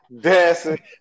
Dancing